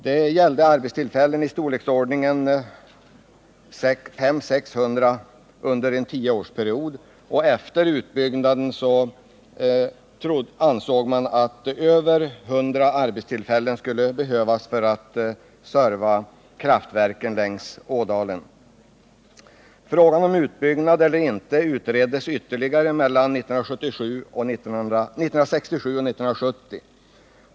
Det gällde arbetstillfällen i storleksordningen 500-600 under en tioårsperiod, och efter utbyggnaden ansåg man att över 100 arbetstillfällen skulle behövas för att serva kraftverken. Frågan om utbyggnad eller inte utreddes ytterligare mellan 1967 och 1970.